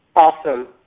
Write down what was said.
Awesome